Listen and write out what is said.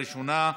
ראשונה,